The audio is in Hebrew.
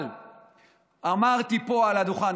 אבל אמרתי פה על הדוכן,